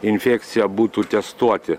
infekcija būtų testuoti